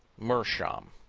meerschaum,